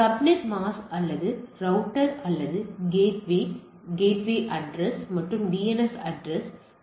subnet mask அல்லது router அல்லது gateway gateway address மற்றும் டிஎன்எஸ் அட்ரஸ் மற்றும் முதலியன